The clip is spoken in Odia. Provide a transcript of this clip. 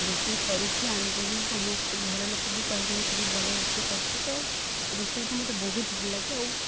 ରୋଷେଇ କରୁଛି ଆଣ୍ଡ ସମସ୍ତେ ଘରଲୋକ ବି କହିଲେଣି ତୁ ବି ଭଲ ରୋଷେଇ କରୁଛୁ ତ ରୋଷେଇଟା ମୋତେ ବହୁତ ଭଲ ଲାଗେ ଆଉ